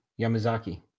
Yamazaki